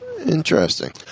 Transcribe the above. interesting